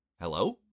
Hello